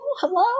hello